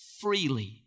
freely